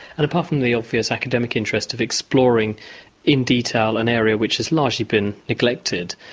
and apart from the obvious academic interest of exploring in detail an area which has largely been neglected,